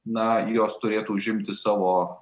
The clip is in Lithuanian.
na jos turėtų užimti savo